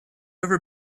ever